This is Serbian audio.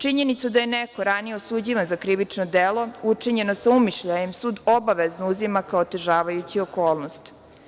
Činjenicu da je neko ranije osuđivan za krivično delo učinjeno sa umišljajem, sud obavezno uzima kao otežavajuću okolnost.